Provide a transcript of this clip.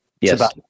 Yes